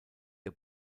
der